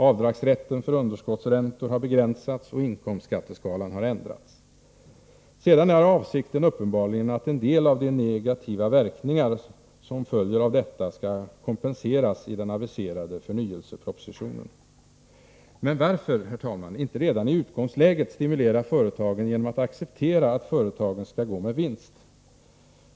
Avdragsrätten för underskottsräntor har begränsats, och inkomstskatteskalan har ändrats. Sedan är avsikten uppenbarligen att en del av de negativa verkningarna som följer av detta skall kompenseras i den aviserade förnyelsepropositionen. Men, herr talman, varför inte redan i utgångsläget stimulera företagen genom att acceptera att företagen skall gå med vinst?